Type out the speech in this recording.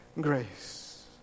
grace